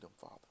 Father